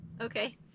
Okay